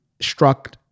struck